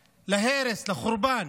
להרס, לחורבן.